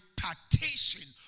impartation